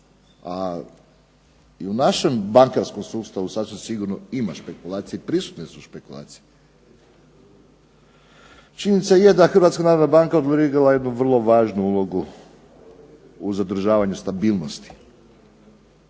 A i u našem bankarskom sustavu sasvim sigurno ima špekulacija i prisutne su špekulacije. Činjenica je da je Hrvatska narodna banka odigrala jednu vrlo važnu ulogu u zadržavanju stabilnosti.